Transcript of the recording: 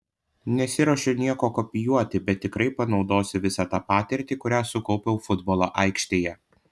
nesiruošiu nieko kopijuoti bet tikrai panaudosiu visą tą patirtį kurią sukaupiau futbolo aikštėje